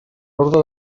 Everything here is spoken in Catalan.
orde